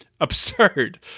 absurd